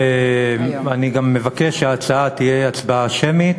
ואני גם מבקש שההצבעה תהיה הצבעה שמית.